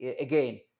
again